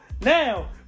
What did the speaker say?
Now